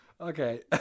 okay